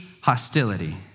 hostility